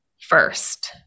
first